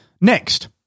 Next